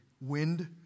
wind